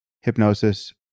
hypnosis